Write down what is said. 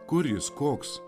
kuris koks